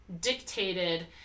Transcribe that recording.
dictated